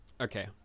Okay